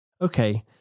Okay